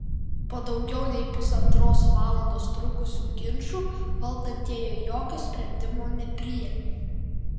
po daugiau nei pusantros valandos trukusių ginčų valdantieji jokio sprendimo nepriėmė